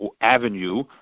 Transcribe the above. avenue